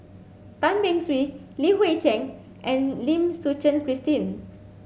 Tan Beng Swee Li Hui Cheng and Lim Suchen Christine